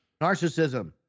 Narcissism